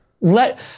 let